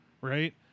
right